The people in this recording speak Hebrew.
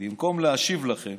במקום להשיב לכם